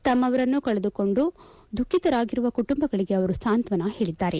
ತಮ್ನವರನ್ನು ಕಳೆದುಕೊಮಡು ದುಃಖಿತರಾಗಿರುವ ಕುಟುಂಬಗಳಿಗೆ ಅವರು ಸಾಂತ್ವಾನ ಹೇಳಿದ್ದಾರೆ